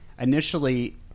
initially